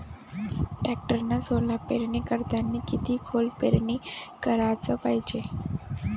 टॅक्टरनं सोला पेरनी करतांनी किती खोल पेरनी कराच पायजे?